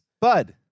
Bud